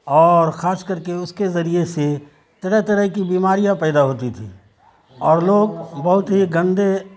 اور خاص کر کے اس کے ذریعے سے طرح طرح کی بیماریاں پیدا ہوتی تھیں اور لوگ بہت ہی گندے